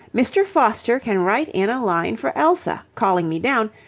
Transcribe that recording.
mr. foster can write in a line for elsa, calling me down,